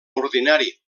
ordinari